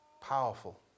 Powerful